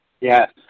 Yes